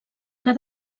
que